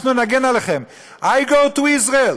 אנחנו נגן עליכם.I go to Israel.